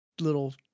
little